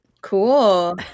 Cool